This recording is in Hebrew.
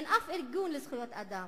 אין אף ארגון לזכויות אדם,